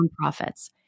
nonprofits